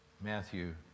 Matthew